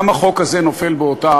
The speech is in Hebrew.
גם החוק הזה נופל באותה